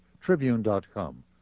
tribune.com